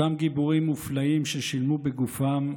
אותם גיבורים מופלאים ששילמו בגופם,